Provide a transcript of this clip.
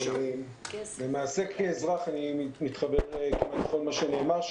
למעשה כאזרח אני מתחבר כמעט לכל מה שנאמר.